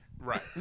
Right